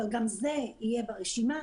אבל גם זה יהיה ברשימה,